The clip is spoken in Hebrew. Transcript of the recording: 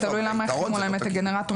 זה תלוי למה החרימו להם את הגנרטורים.